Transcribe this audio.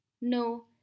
No